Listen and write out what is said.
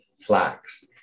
flax